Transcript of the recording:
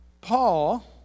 Paul